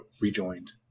rejoined